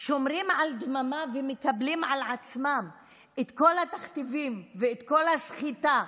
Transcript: שומרים על דממה ומקבלים על עצמם את כל התכתיבים ואת כל הסחיטה,